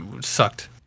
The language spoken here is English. sucked